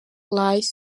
lies